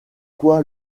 quoi